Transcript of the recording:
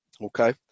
Okay